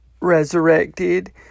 resurrected